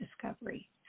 discovery